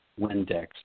Windex